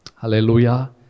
Hallelujah